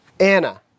Anna